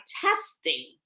testing